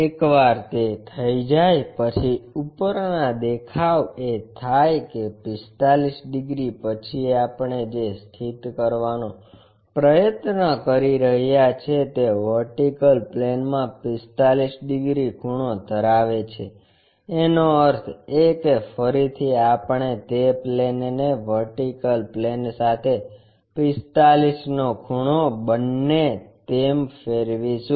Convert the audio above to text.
એકવાર તે થઈ જાય પછી ઉપરના દેખાવ એ થાય કે 45 ડિગ્રી પછી આપણે જે સ્થિત કરવાનો પ્રયત્ન કરી રહ્યાં છીએ તે વર્ટિકલ પ્લેનમાં 45 ડિગ્રી ખૂણો ધરાવે છે એનો અર્થ એ કે ફરીથી આપણે તે પ્લેનને વર્ટિકલ પ્લેન સાથે 45 નો ખૂણો બંને તેમ ફેરવીશું